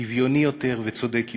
שוויוני יותר וצודק יותר.